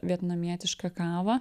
vietnamietišką kavą